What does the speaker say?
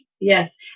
Yes